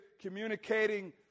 communicating